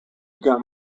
begun